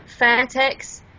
Fairtex